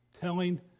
telling